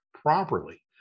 properly